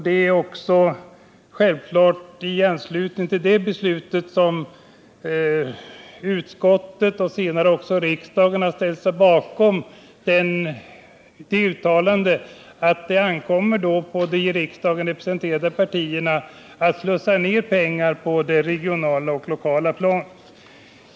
Det är naturligtvis också anledningen till att riksdagen senare har ställt sig bakom uttalandet att det ankommer på de i riksdagen representerade partierna att slussa ned pengar till de regionala och lokala planen.